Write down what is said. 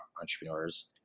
entrepreneurs